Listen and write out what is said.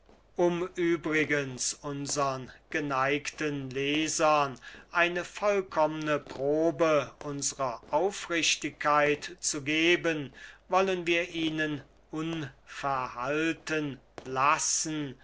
um übrigens unsern geneigten lesern eine vollkommne probe unsrer aufrichtigkeit zu geben wollen wir ihnen unverhalten lassen